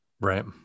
right